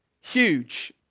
huge